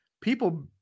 people